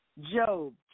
Job